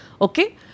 Okay